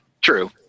true